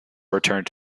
returned